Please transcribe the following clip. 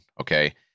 Okay